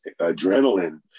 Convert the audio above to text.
adrenaline